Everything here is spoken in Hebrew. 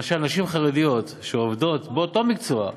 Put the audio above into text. למשל נשים חרדיות שעובדות באותו מקצוע.